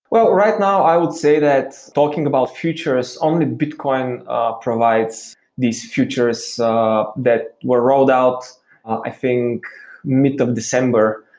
well, right now i would say that talking about future is only bitcoin provides these futures that were rolled out i think mid of december,